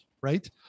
right